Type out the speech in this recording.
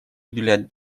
уделять